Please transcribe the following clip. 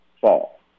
fall